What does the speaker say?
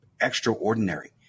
extraordinary